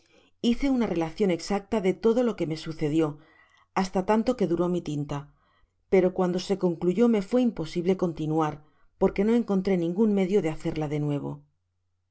hice una relacion exacta de todo lo que me sucedió hasta tanto que duró mi tinta pero cuando se concluyó me fué imposible continuar porque no encontre ningun medio de hacerla de nuevo